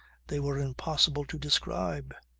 they were impossible to describe.